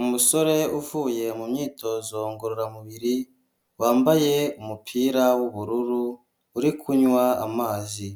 Umusore uvuye mu myitozo ngororamubiri wambaye umupira w'ubururu, uri kunywa amazi